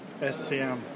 SCM